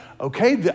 okay